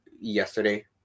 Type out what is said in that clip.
yesterday